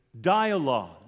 dialogue